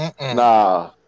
Nah